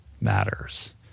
matters